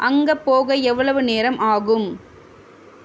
அங்கே போக எவ்வளவு நேரம் ஆகும்